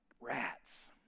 rats